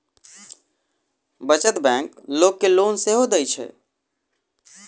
बचत बैंक लोक के लोन सेहो दैत छै